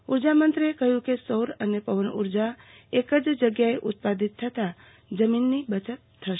ઊર્જા મંત્રીએ કહ્યું કે સૌર અને પવન ઊર્જા એક જ જગ્યાએ ઉત્પાદિત થતાં જમીનની બચત થશે